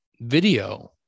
video